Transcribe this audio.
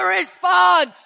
respond